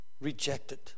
Rejected